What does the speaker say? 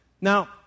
Now